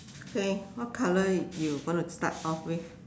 okay what colour you going to start off with